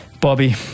Bobby